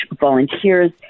volunteers